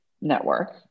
network